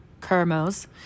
Kermos